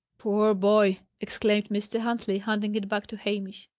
poor boy! exclaimed mr. huntley, handing it back to hamish.